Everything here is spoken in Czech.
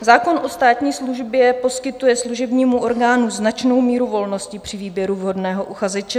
Zákon o státní službě poskytuje služebnímu orgánu značnou míru volnosti při výběru vhodného uchazeče.